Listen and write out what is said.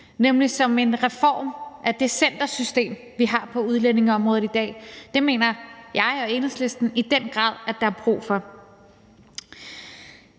nemlig som en reform af det centersystem, vi har på udlændingeområdet i dag. Det mener jeg og Enhedslisten i den grad der er brug for.